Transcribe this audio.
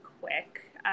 quick